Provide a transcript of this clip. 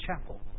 chapel